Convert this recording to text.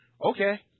Okay